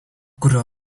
kurio